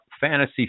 fantasy